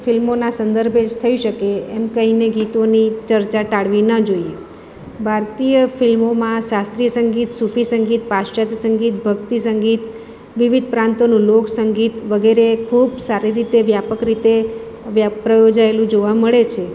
ફિલ્મોના સંદર્ભે જ થઈ શકે એમ કહીને ગીતોની ચર્ચા ટાળવી ન જોઈએ ભારતીય ફિલ્મોમાં શાસ્ત્રીય સંગીત સૂફી સંગીત પાશ્ચત સંગીત ભક્તિ સંગીત વિવિધ પ્રાંતોનું લોકસંગીત વગેરે ખૂબ સારી રીતે વ્યાપક રીતે વ્યા પ્રયોજાએલું જોવા મળે છે